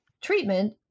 treatment